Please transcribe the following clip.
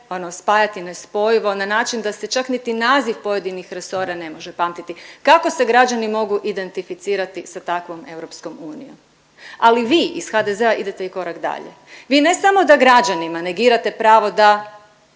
spajati nespojivo na način da se čak niti naziv pojedinih resora ne može pamtiti. Kako se građani mogu identificirati sa takvom EU? Ali vi iz HDZ-a idete i korak dalje. Vi ne samo da građanima negirate pravo da